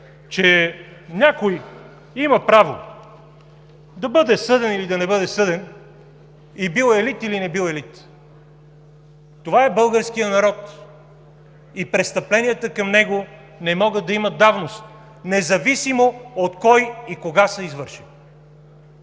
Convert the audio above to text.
че някой има право да бъде съден или да не бъде съден, и бил елит или не бил елит. Това е българският народ и престъпленията към него не могат да имат давност, независимо от кого и кога са извършени.